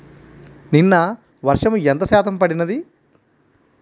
నిన్న వర్షము ఎంత శాతము పడినది?